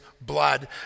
blood